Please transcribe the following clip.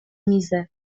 میزه